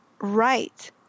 right